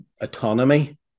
autonomy